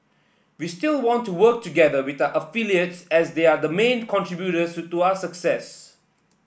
we still want to work together with our affiliates as they are the main contributors to our success